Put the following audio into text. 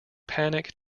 panic